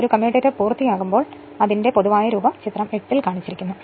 ഒരു കമ്മ്യൂട്ടേറ്റർ പൂർത്തിയാകുമ്പോൾ അതിന്റെ പൊതുവായ രൂപം ഈ ചിത്രം 8 ൽ കാണിച്ചിരിക്കുന്നു